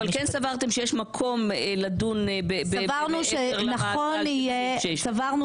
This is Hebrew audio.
אבל כן סברתם שיש מקום לדון בסעיף 6. סברנו